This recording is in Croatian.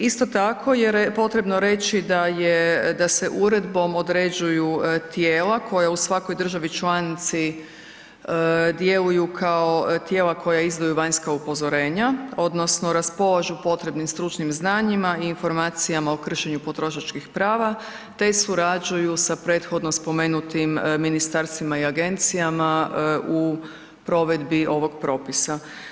Isto tako je potrebno reći da se uredbom određuju tijela koja u svakoj državi članici djeluju kao tijela koja izdaju vanjska upozorenja odnosno raspolažu potrebnim stručnim znanjima i informacijama o kršenju potrošačkih prava te surađuju sa prethodno spomenutim ministarstvima i agencijama u provedbi ovog propisa.